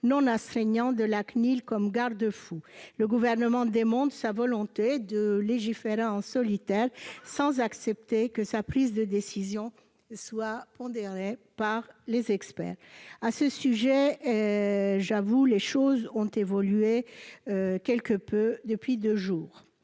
non astreignant de la CNIL comme garde-fou, le Gouvernement démontre sa volonté de légiférer en solitaire sans accepter que sa prise de décision soit pondérée par les experts. À cet égard, j'avoue qu'il y a eu quelques évolutions depuis deux jours.